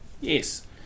Yes